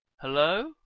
Hello